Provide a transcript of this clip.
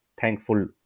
thankful